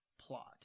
plot